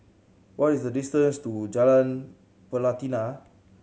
what is the distance to Jalan Pelatina